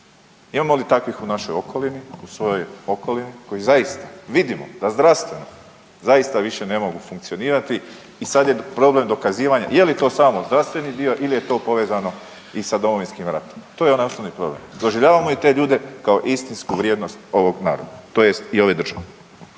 Imamo li takvih u našoj okolini koji zaista vidimo da zdravstvo zaista više ne mogu funkcionirati i sad je problem dokazivanja je li to samo zdravstveni dio ili je to povezano i sa Domovinskim ratom. To je onaj osnovni problem. Doživljavamo li te ljude kao istinsku vrijednost ovog naroda, tj. i ove države?